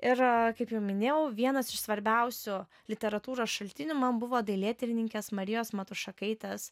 ir kaip jau minėjau vienas iš svarbiausių literatūros šaltinių man buvo dailėtyrininkės marijos matušakaitės